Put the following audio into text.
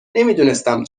نمیدونستم